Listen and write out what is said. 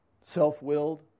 Self-willed